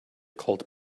called